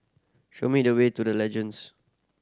show me the way to The Legends